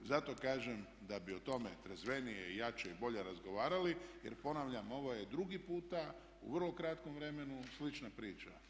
Zato kažem da bi o tome trezvenije i jače i bolje razgovarali, jer ponavljam ovo je drugi puta u vrlo kratkom vremenu slična priča.